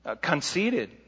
conceited